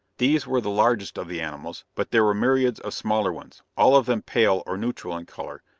these were the largest of the animals, but there were myriads of smaller ones, all of them pale or neutral in color,